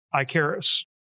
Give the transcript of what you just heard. Icarus